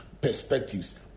perspectives